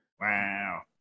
Wow